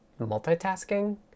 multitasking